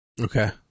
okay